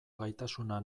gaitasuna